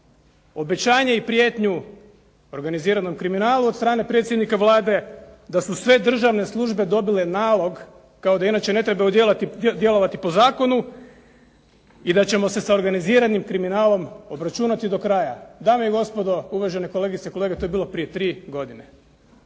obećanje i prijetnju organiziranom kriminalu od strane predsjednika Vlade da se sve državne službe dobile nalog, kao da inače ne trebaju djelovati po zakonu i da ćemo se sa organiziranim kriminalom obračunati do kraja. Dame i gospodo, uvažene kolegice i kolege, to je bilo prije tri godine.